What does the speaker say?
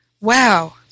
Wow